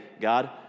God